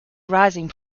rising